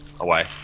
away